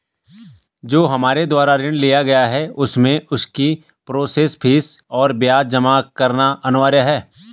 जो हमारे द्वारा ऋण लिया गया है उसमें उसकी प्रोसेस फीस और ब्याज जमा करना अनिवार्य है?